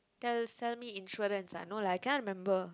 tell sell me insurance ah no lah I cannot remember